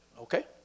Okay